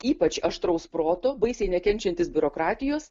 ypač aštraus proto baisiai nekenčiantis biurokratijos